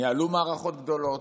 ניהלו מערכות גדולות,